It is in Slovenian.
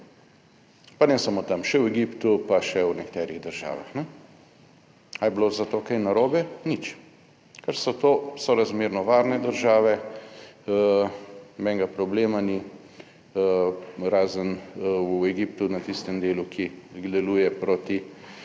pa ne samo tam, še v Egiptu pa še v nekaterih državah. Ali je bilo za to kaj narobe? Nič, ker so to sorazmerno varne države. Nobenega problema ni, razen v Egiptu na tistem delu, ki deluje proti